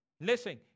Listen